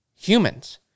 humans